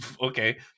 okay